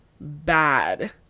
bad